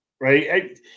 right